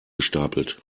gestapelt